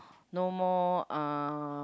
no more uh